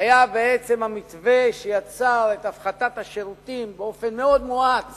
היה בעצם המתווה שיצר את הפחתת השירותים באופן מאוד מואץ